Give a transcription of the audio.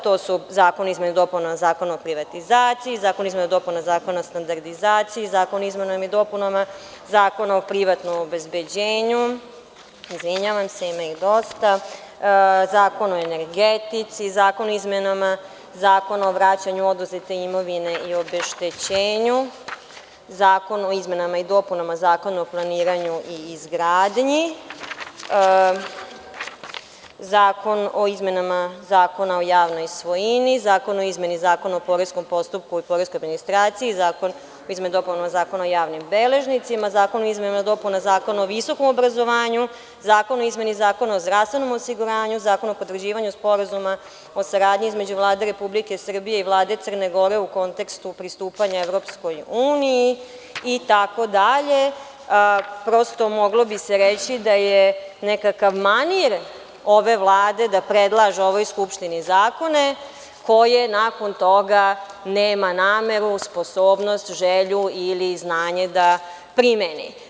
To su zakoni o izmenama i dopunama Zakona o privatizacija, Zakon o izmenama i dopunama Zakona o standardizaciji, Zakon o izmenama i dopunama Zakona o privatnom obezbeđenju, izvinjavam se, ima ih dosta, Zakon o energetici, Zakon o izmenama Zakona o vraćanju oduzete imovine i obeštećenju, Zakon o izmenama i dopunama Zakona o planiranju i izgradnji, Zakon o izmenama Zakona o javnoj svojini, Zakon o izmeni Zakona o poreskom postupku i poreskoj administraciji, Zakon o izmenama i dopunama Zakona o javnim beležnicima, Zakon o izmenama i dopunama Zakona o visokom obrazovanju, Zakon o izmeni Zakona o zdravstvenom osiguranju, Zakon o potvrđivanju Sporazuma o saradnji između Vlade RS i Vlade CG u kontekstu pristupanja EU, i tako dalje, prosto, moglo bi se reći da je nekakav manir ove Vlade da predlažu ovoj skupštini zakone koje nakon toga nema nameru, sposobnost, želju ili znanje da primeni.